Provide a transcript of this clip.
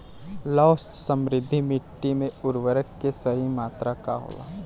लौह समृद्ध मिट्टी में उर्वरक के सही मात्रा का होला?